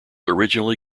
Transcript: originally